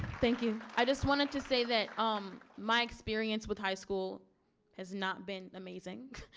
thank you. i just wanted to say that um my experience with high school has not been amazing.